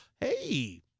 hey